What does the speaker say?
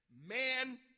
Man